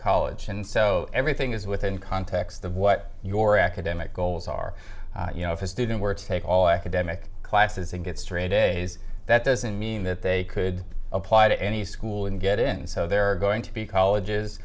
college and so everything is within context of what your academic goals are you know if a student were to take all academic classes and get straight a's that doesn't mean that they could apply to any school and get in so they're going to be colleges